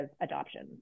adoption